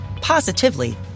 positively